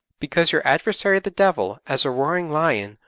because your adversary the devil, as a roaring lion,